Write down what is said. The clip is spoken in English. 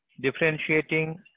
differentiating